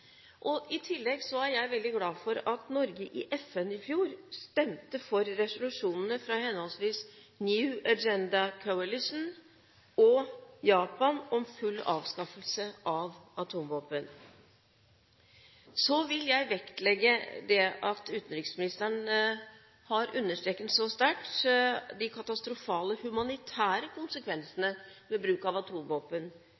I tillegg er jeg veldig glad for at Norge i FN i fjor stemte for resolusjonene fra henholdsvis New Agenda Coalition og Japan for full avskaffelse av atomvåpen. Så vil jeg vektlegge at utenriksministeren har understreket så sterkt de katastrofale humanitære